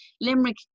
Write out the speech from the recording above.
Limerick